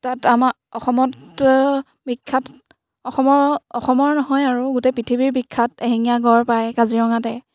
তাত আমাৰ অসমত বিখ্যাত অসমৰ অসমৰ নহয় আৰু গোটেই পৃথিৱীৰ বিখ্যাত এশিঙীয়া গঁড় পায় কাজিৰঙাতে